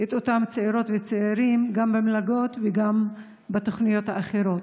את אותם צעירים וצעירות גם במלגות וגם בתוכניות האחרות,